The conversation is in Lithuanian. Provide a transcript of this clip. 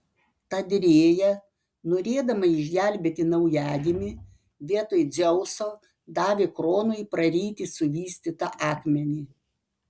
tad rėja norėdama išgelbėti naujagimį vietoj dzeuso davė kronui praryti suvystytą akmenį